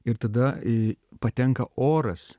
ir tada į patenka oras